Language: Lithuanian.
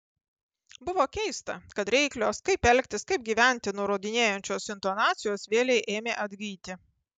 buvo keista kad reiklios kaip elgtis kaip gyventi nurodinėjančios intonacijos vėlei ėmė atgyti